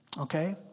Okay